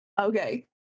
Okay